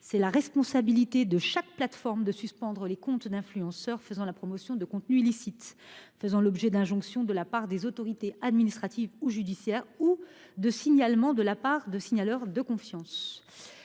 de la responsabilité de chaque plateforme de suspendre les comptes d'influenceurs assurant la promotion de contenus illicites et faisant l'objet d'injonction de la part des autorités administratives ou judiciaires ou de signalements de la part de signaleurs de confiance.